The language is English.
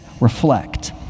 Reflect